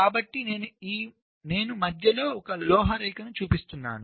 కాబట్టి ఇక్కడ నేను మధ్యలో ఒక లోహ రేఖను చూపిస్తున్నాను